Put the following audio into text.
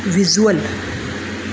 visual